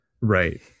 Right